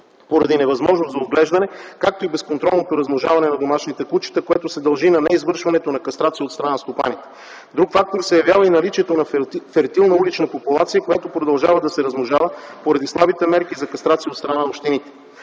поради невъзможност за отглеждане, както и безконтролното размножаване на домашните кучета, което се дължи на неизвършването на кастрация от страна на стопаните. Друг фактор се явява и наличието на фертилна улична популация, която продължава да се размножава, поради слабите мерки за кастрация от страна на общините.